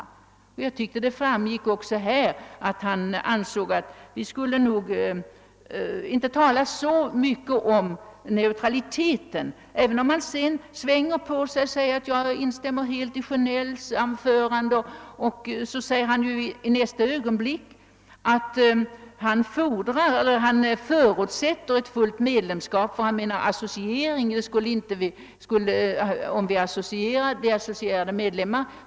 Av herr Burenstam Linders anförande i dag framgick också, att han ansåg att man inte borde tala så mycket om neutraliteten, även om han senare svängde och sade att han instämde helt med herr Sjönell, för att i nästa ögonblick åter säga att han förutsätter ett fullt medlemskap, eftersom vi inte skulle ha nytta av att vara associerade medlemmar.